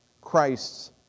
christ's